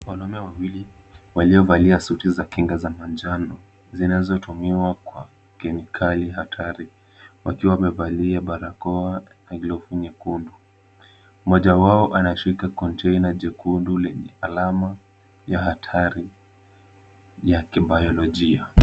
Wanaume wawili, waliyowalia suti za kinga za manjano, zinazotumiwa klimikali hatari, wakiwa wamevalia barakoa na glovu nyekundu. Mmoja wao anashiriki container jekundu lenye alama ya hatari, ya kibayolojia.